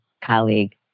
colleague